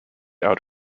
out